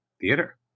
theater